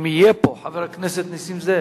אם יהיה פה, חבר הכנסת נסים זאב.